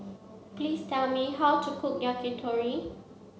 please tell me how to cook Yakitori